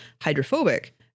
hydrophobic